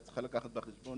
את צריכה לקחת בחשבון